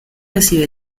recibe